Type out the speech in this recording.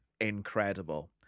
incredible